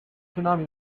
tsunami